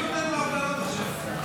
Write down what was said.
עזבי אותנו מההפגנות עכשיו.